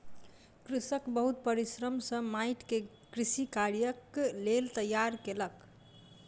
कृषक बहुत परिश्रम सॅ माइट के कृषि कार्यक लेल तैयार केलक